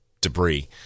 debris